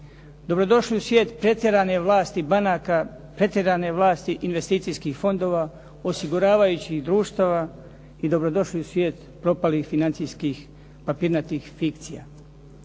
Dobro došli u svijet pretjerane vlasti banaka, pretjerane vlasti investicijskih fondova, osiguravajućih društava i dobro došli u svijet propalih financijskih papirnatih fikcija.